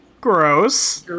Gross